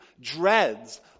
dreads